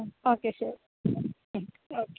okay sure okay